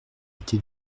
été